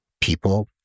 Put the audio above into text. people